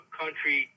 country